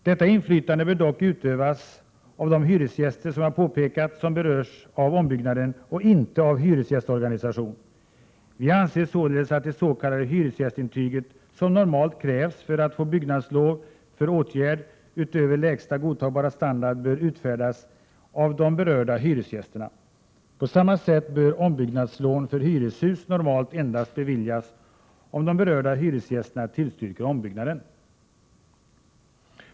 Detta inflytande bör dock, som jag har påpekat, utövas av de hyresgäster som berörs av ombyggnaden, och inte av hyresgästorganisationen. Vi anser således att det s.k. hyresgästintyget, som normalt krävs för att man skall få byggnadslov för åtgärd utöver lägsta godtagbara standard, bör utfärdas av de berörda hyresgästerna. På samma sätt bör ombyggnadslån för hyreshus normalt beviljas endast om de berörda hyresgästerna tillstyrker ombyggnaden.